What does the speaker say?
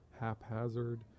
haphazard